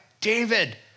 David